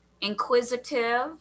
inquisitive